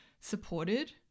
supported